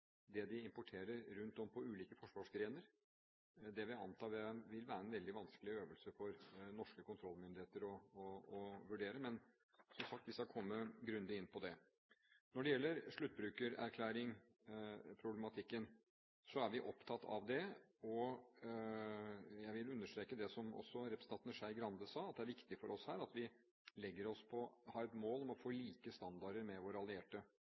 det de importerer rundt om på ulike forsvarsgrener, vil være en veldig vanskelig øvelse for norske kontrollmyndigheter å vurdere. Men, som sagt, vi skal komme grundig inn på det. Når det gjelder sluttbrukererklæringsproblematikken, er vi opptatt av den, og jeg vil understreke det som også representanten Skei Grande sa, at det er viktig for oss at vi har et mål om å få like standarder som våre allierte,